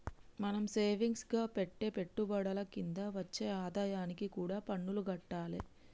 మనం సేవింగ్స్ గా పెట్టే పెట్టుబడుల కింద వచ్చే ఆదాయానికి కూడా పన్నులు గట్టాలే